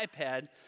iPad